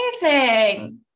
amazing